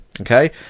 Okay